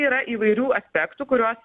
yra įvairių aspektų kuriuos